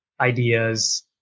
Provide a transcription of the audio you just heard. ideas